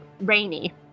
Rainy